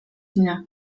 mnie